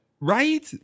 Right